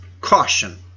caution